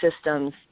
systems